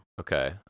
Okay